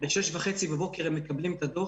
בשש וחצי בבוקר הם מקבלים את הדוח.